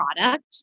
product